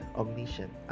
omniscient